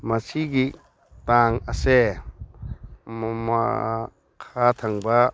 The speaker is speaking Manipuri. ꯃꯁꯤꯒꯤ ꯇꯥꯡ ꯑꯁꯦ ꯃꯈꯥ ꯊꯪꯕ